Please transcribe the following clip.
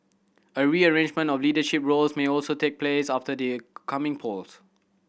a rearrangement of leadership roles may also take place after the coming polls